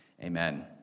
Amen